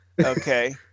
Okay